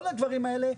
כל הדברים האלה,